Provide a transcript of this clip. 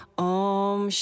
om